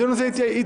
הדיון הזה יתאיין.